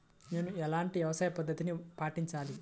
నేను ఎలాంటి వ్యవసాయ పద్ధతిని పాటించాలి?